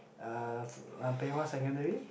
uh Pei-Hwa secondary